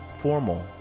Formal